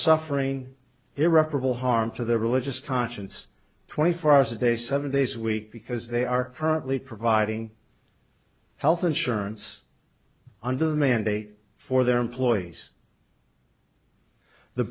suffering irreparable harm to their religious conscience twenty four hours a day seven days a week because they are currently providing health insurance under the mandate for their employees the